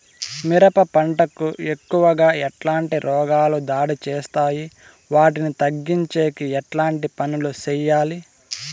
మిరప పంట కు ఎక్కువగా ఎట్లాంటి రోగాలు దాడి చేస్తాయి వాటిని తగ్గించేకి ఎట్లాంటి పనులు చెయ్యాలి?